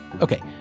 Okay